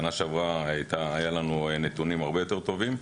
שנה שעברה היו לנו נתונים הרבה יותר טובים,